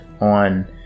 on